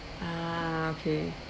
ah okay